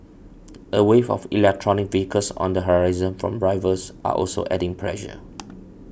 a wave of electric vehicles on the horizon from rivals are also adding pressure